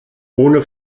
ohne